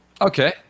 Okay